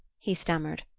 he stammered.